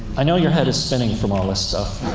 i know your head is spinning from all this stuff.